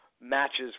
matches